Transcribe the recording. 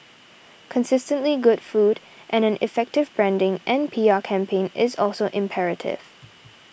consistently good food and an effective branding and P R campaign is also imperative